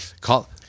Call